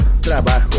trabajo